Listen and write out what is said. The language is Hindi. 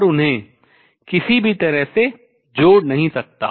और उन्हें किसी भी तरह से जोड़ नहीं सकता